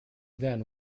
then